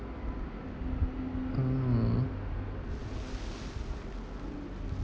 hmm